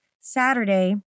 Saturday